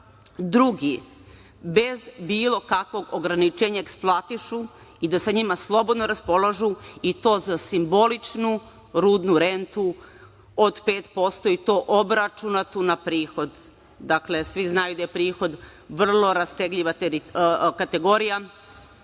drugi bez bilo kakvog ograničenja eksploatišu i da sa njima slobodno raspolažu, i to za simboličnu rudnu rentu od 5% i to obračunatu na prihod. Dakle, svi znaju da je prihod vrlo rastegljiva kategorija,